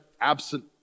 absent